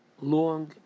long